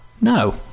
No